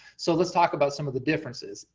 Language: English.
so let's talk about some of the differences.